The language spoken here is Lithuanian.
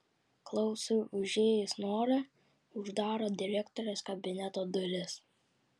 klausui užėjus nora uždaro direktorės kabineto duris